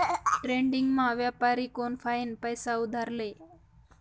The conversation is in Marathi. डेट्रेडिंगमा व्यापारी कोनफाईन पैसा उधार ले